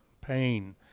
pain